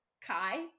Kai